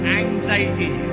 anxiety